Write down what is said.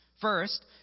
First